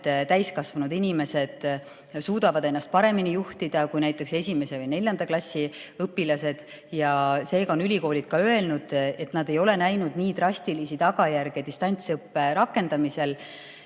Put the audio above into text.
täiskasvanud inimesed suudavad ennast paremini juhtida kui näiteks esimese või neljanda klassi õpilased. Ülikoolid on ka öelnud, et nad ei ole näinud nii drastilisi tagajärgi distantsõppe rakendamisel